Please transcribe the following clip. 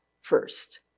first